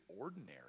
ordinary